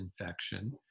infection